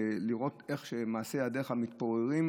ולראות איך שמעשי ידיך מתפוררים,